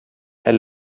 est